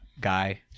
guy